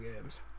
games